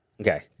Okay